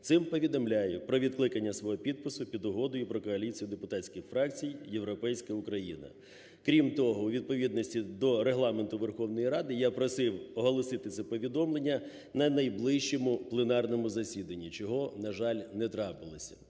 цим повідомляю про відкликання свого підпису під Угодою про Коаліцію депутатських фракцій "Європейська Україна". Крім того, у відповідності до Регламенту Верховної Ради, я просив оголосити це повідомлення на найближчому пленарному засіданні, чого, на жаль, не трапилося.